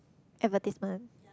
advertisement